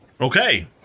Okay